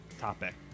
topic